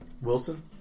Wilson